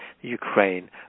Ukraine